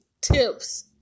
tips